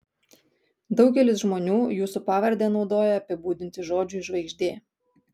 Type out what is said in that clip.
daugelis žmonių jūsų pavardę naudoja apibūdinti žodžiui žvaigždė